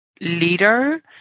leader